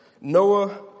Noah